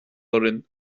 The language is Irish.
orainn